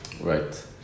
right